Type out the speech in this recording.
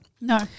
No